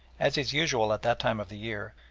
as is usual at that time of the year,